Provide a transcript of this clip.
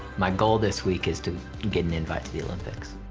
my goal this week is to get an invite to the olympics.